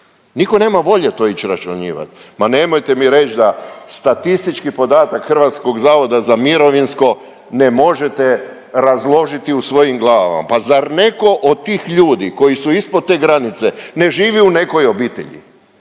Nitko nema volje to ići raščlanjivati. Ma nemojte mi reći da statistički podatak Hrvatskog zavoda za mirovinsko ne možete razložiti u svojim glavama. Pa zar netko od tih ljudi koji su ispod te granice ne živi u nekoj obitelji?